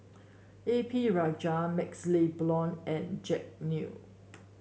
A P Rajah MaxLe Blond and Jack Neo